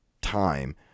time